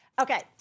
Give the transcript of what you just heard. Okay